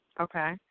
Okay